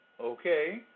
okay